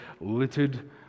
littered